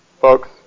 folks